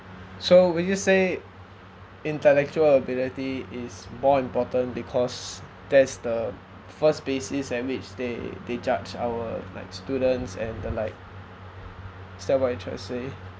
so will you say intellectual ability is more important because that's the first basis and which they they judge our like students and the like is that what you're trying to say